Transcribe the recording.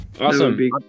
awesome